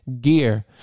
gear